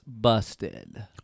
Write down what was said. busted